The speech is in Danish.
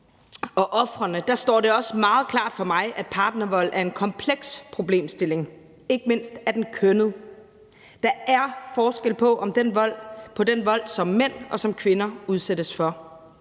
og ofrene, står det også meget klart for mig, at partnervold er en kompleks problemstilling, og ikke mindst er den kønnet. Der er forskel på den vold, som mænd og som kvinder udsættes for.